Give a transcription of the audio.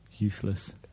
Useless